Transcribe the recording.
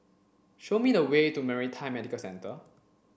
show me the way to Maritime Medical Centre